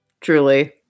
Truly